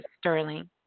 Sterling